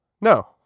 No